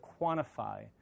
quantify